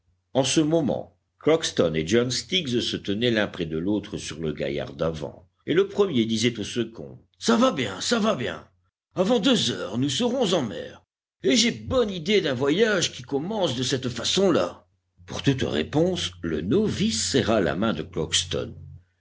en ce moment crockston et john stiggs se tenaient l'un près de l'autre sur le gaillard d'avant et le premier disait au second ca va bien ça va bien avant deux heures nous serons en mer et j'ai bonne idée d'un voyage qui commence de cette façon-là pour toute réponse le novice serra la main de